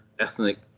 ethnic